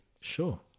Sure